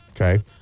Okay